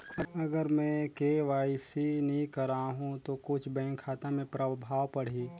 अगर मे के.वाई.सी नी कराहू तो कुछ बैंक खाता मे प्रभाव पढ़ी?